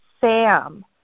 SAM